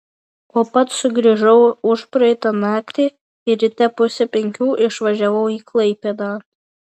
o pats sugrįžau užpraeitą naktį ir ryte pusę penkių išvažiavau į klaipėdą